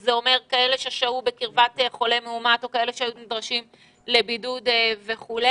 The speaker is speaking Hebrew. שזה אומר כאלה ששהו בקרבת חולה מאומת או כאלה שהיו נדרשים לבידוד וכו'.